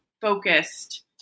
focused